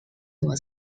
was